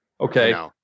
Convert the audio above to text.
okay